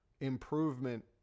improvement